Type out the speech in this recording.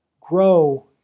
grow